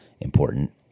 important